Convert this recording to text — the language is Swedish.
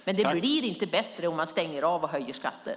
Men det blir inte bättre om man stänger av och höjer skatter.